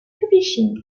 publishing